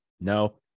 No